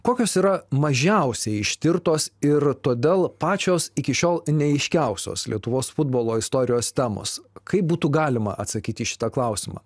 kokios yra mažiausiai ištirtos ir todėl pačios iki šiol neaiškiausios lietuvos futbolo istorijos temos kaip būtų galima atsakyti į šitą klausimą